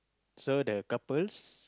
so the couples